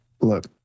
look